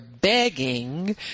begging